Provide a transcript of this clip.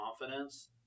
confidence